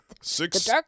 Six